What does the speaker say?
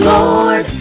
Lord